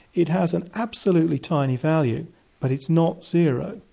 it has an absolutely tiny value but it's not zero.